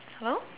hello